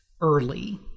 early